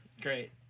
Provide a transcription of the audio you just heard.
great